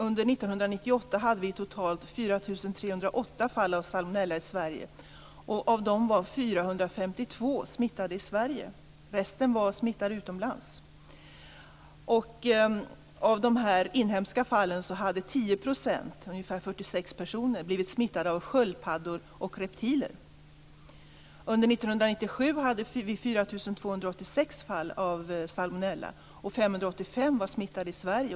Under 1998 hade vi totalt 10 %, ungefär 46 personer, blivit smittade av sköldpaddor och reptiler. Under 1997 hade vi 4 286 fall av salmonella. Av dem hade 585 personer blivit smittade i Sverige.